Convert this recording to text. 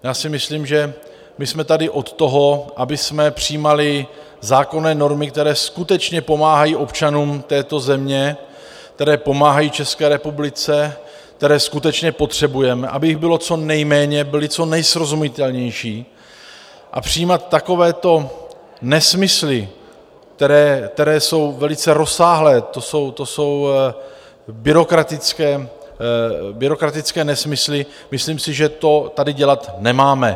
Já si myslím, že my jsme tady od toho, abychom přijímali zákonné normy, které skutečně pomáhají občanům této země, které pomáhají České republice, které skutečně potřebujeme, aby jich bylo co nejméně, byly co nejsrozumitelnější, a přijímat takovéto nesmysly, které jsou velice rozsáhlé, to jsou byrokratické nesmysly, myslím si, že to tady dělat nemáme.